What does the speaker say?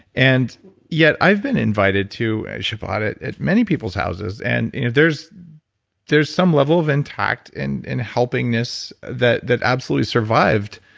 and yet, i've been invited to a shabbat at many people's houses. and you know there's there's some level of and tact and and helpingness that that absolutely survive